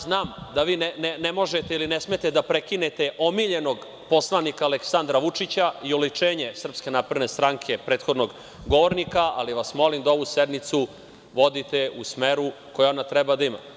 Znam da ne možete ili ne smete da prekinete omiljenog poslanika Aleksandra Vučića i oličenje SNS, prethodnog govornika, ali vas molim da ovu sednicu vodite u smeru koji ona treba da ima.